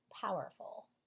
powerful